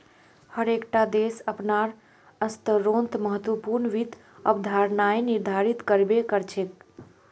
हर एक टा देश अपनार स्तरोंत महत्वपूर्ण वित्त अवधारणाएं निर्धारित कर बे करछे